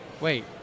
wait